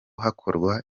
hakorwa